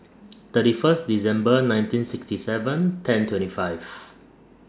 thirty First December nineteen sixty seven ten twenty five